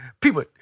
people